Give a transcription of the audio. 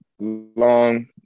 long